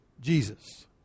Jesus